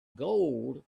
gold